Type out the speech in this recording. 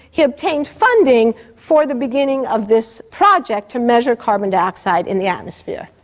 he obtained funding for the beginning of this project to measure carbon dioxide in the atmosphere.